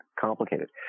complicated